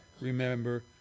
remember